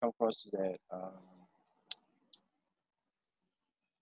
of course is that uh